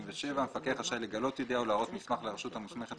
- המפקח רשאי לגלות ידיעה או להראות מסמך לרשות המוסמכת